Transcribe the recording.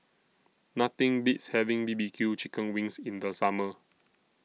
Nothing Beats having B B Q Chicken Wings in The Summer